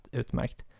utmärkt